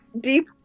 deep